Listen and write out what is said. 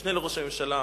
המשנה לראש הממשלה,